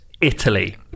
Italy